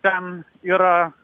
ten yra